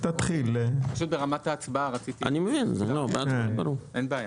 אין בעיה.